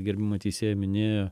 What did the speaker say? gerbiama teisėja minėjo